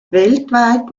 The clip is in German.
weltweit